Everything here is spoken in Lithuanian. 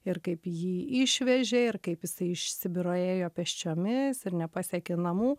ir kaip jį išvežė ir kaip jisai iš sibiro ėjo pėsčiomis ir nepasiekė namų